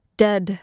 dead